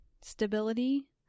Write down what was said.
stability